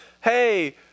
Hey